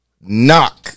knock